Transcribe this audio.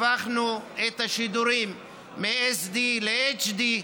הפכנו את השידורים מ-SD ל-HD,